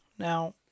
Now